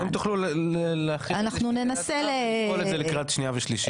אם תוכלו להכין את זה שנוכל להכניס את זה לקריאה שנייה ושלישית.